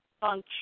function